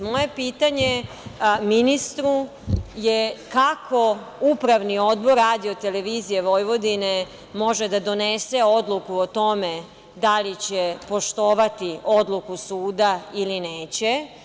Moje pitanje ministru je kako Upravni odbor RTV može da donese odluku o tome da li će poštovati odluku suda ili neće?